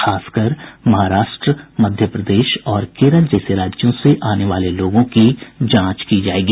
खासकर महाराष्ट्र मध्य प्रदेश और केरल जैसे राज्यों से आने वाले लोगों की जांच की जायेगी